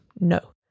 no